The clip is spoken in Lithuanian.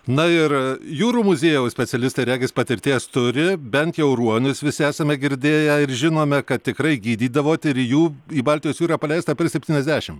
na ir jūrų muziejaus specialistai regis patirties turi bent jau ruonius visi esame girdėję ir žinome kad tikrai gydydavot ir jų į baltijos jūrą paleista per septyniasdešim